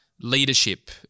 leadership